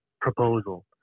proposal